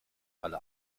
alle